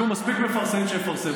יהיו מספיק מפרסמים שיפרסמו.